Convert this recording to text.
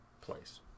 place